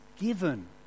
given